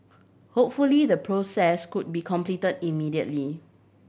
hopefully the process could be complete immediately